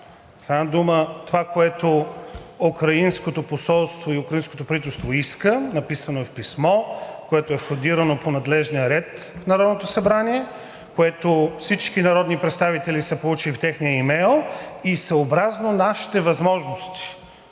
С една дума, това, което украинското посолство и украинското правителство искат, е написано в писмо, което е входирано по надлежния ред на Народното събрание, което всички народни представители са получили в техния имейл, и съобразно нашите възможности.